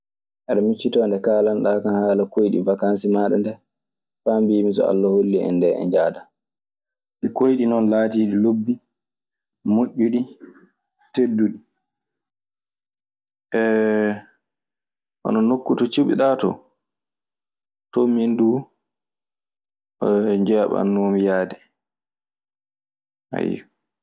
"Aɗe miccitoo nde kaalanɗaa kan haala koɗi wakanse maaɗa ndee. Faa mbiimi so Allah holli en nden, en njahadan."